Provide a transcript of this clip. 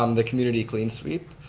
um the community clean sweep.